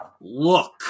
look